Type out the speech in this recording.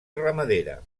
ramadera